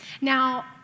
Now